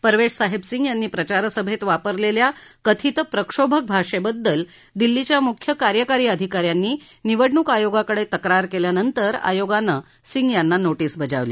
परवेश साहिब सिंग यांनी प्रचार सभेत वापरलेल्या कथीत प्रक्षोभक भाषेबद्दल दिल्लीच्या मुख्य कार्यकारी अधिकाऱ्यांनी निवडणूक आयोगाकडे तक्रार केल्यानंतर आयोगानं सिंग यांना नोटीस बजावली